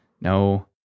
No